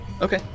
Okay